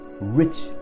rich